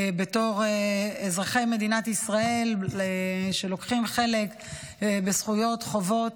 בתור אזרחי מדינת ישראל שלוקחים חלק בזכויות ובחובות.